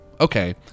okay